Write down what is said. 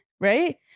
Right